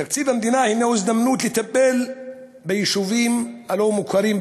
תקציב המדינה הוא הזדמנות לטפל ביישובים הלא-מוכרים בנגב.